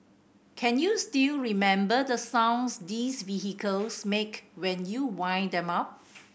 can you still remember the sounds these vehicles make when you wind them up